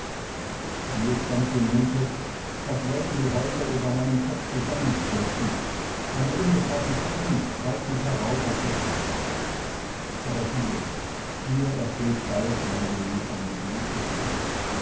mir ist dann zumute als wollten die häuser über meinem kopf zusammenstürzen eine unbeschreibliche angst treibt mich heraus aus der stadt aber hier hier erfüllt bald mein gemüt eine süße ruhe